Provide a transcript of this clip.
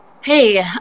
Hey